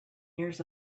years